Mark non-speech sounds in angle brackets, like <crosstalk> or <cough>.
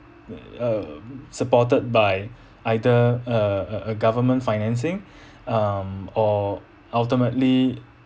<noise> uh supported by either uh uh uh government financing um or ultimately